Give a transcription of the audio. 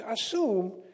assume